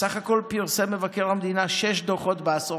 בסך הכול פרסם מבקר המדינה שישה דוחות בעשור